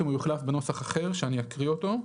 הוא יוחלף בנוסח אחר שאני אקריא אותו.